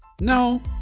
No